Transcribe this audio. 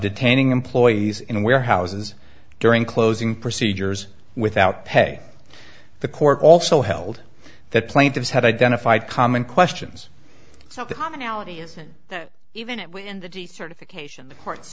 detaining employees in warehouses during closing procedures without pay the court also held that plaintiffs had identified common questions so the commonality isn't even it when the decertification the cour